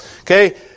Okay